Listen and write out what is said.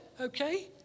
Okay